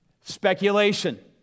speculation